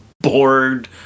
bored